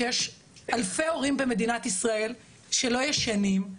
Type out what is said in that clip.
שיש אלפי הורים במדינת ישראל שלא ישנים,